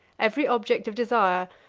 every object of desire,